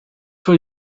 for